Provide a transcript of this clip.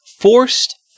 forced